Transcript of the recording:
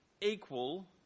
equal